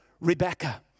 Rebecca